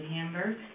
Hamburg